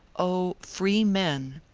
oh! free men!